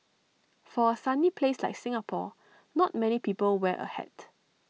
for A sunny place like Singapore not many people wear A hat